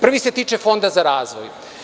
Prvi se tiče Fonda za razvoj.